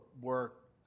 work